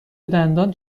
دندان